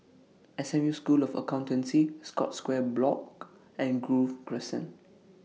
S M U School of Accountancy Scotts Square Block and Grove Crescent